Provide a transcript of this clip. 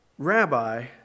Rabbi